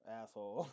asshole